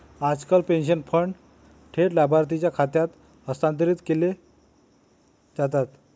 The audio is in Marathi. आजकाल पेन्शन फंड थेट लाभार्थीच्या खात्यात हस्तांतरित केले जातात